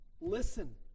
listen